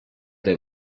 they